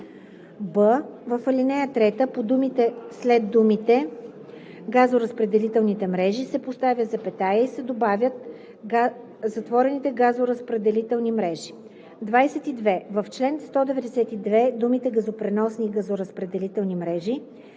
б) в ал. 3 след думите „газоразпределителните мрежи“ се поставя запетая и се добавя „затворените газоразпределителни мрежи“. 22. В чл. 192 думите „газопреносни и газоразпределителни мрежи“